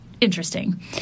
Interesting